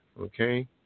Okay